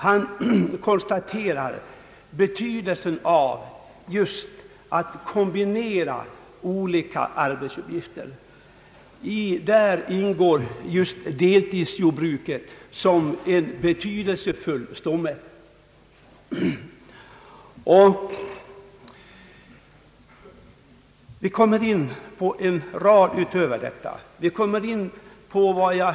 Han konstaterar betydelsen av att kombinera olika arbetsuppgifter, och däri ingår just deltidsjordbruket som en betydelsefull stomme. Vi kommer dessutom in på en rad andra frågor i detta sammanhang.